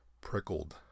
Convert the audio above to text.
prickled